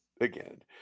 again